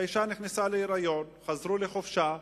האשה נכנסה להיריון והם חזרו לחופשה,